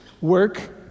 work